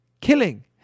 killing